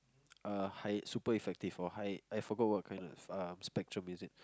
uh high super effective or high I forgot what kind of um spectrum is it